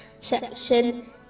section